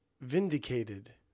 Vindicated